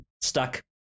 stuck